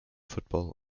football